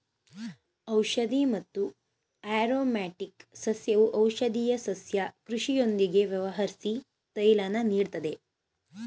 ಔಷಧಿ ಮತ್ತು ಆರೊಮ್ಯಾಟಿಕ್ ಸಸ್ಯವು ಔಷಧೀಯ ಸಸ್ಯ ಕೃಷಿಯೊಂದಿಗೆ ವ್ಯವಹರ್ಸಿ ತೈಲನ ನೀಡ್ತದೆ